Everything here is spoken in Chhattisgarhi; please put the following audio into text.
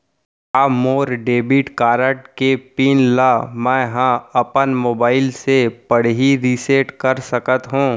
का मोर डेबिट कारड के पिन ल मैं ह अपन मोबाइल से पड़ही रिसेट कर सकत हो?